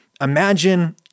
Imagine